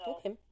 Okay